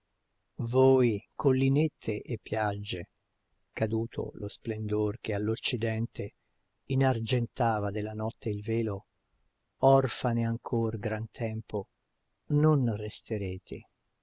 voi collinette e piagge caduto lo splendor che all'occidente inargentava della notte il velo orfane ancor gran tempo non resterete